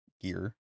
gear